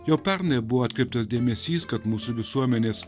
jau pernai buvo atkreiptas dėmesys kad mūsų visuomenės